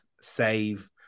Save